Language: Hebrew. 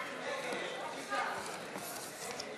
ההסתייגות (13) של קבוצת סיעת המחנה הציוני